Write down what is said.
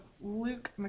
Luke